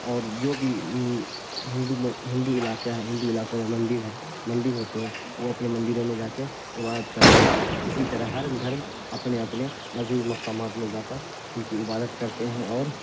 اور جو بھی ہندو ہندو علاقہ ہے ہندو علاقوں میں مندر ہے مندر ہوتے ہیں وہ اپنے مندروں میں جا کے عبادت کرتے ہیں اسی طرح ہر دھرم اپنے اپنے مذہبی مقامات میں جا کر ان کی عبادت کرتے ہیں اور